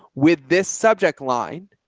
with this subject line.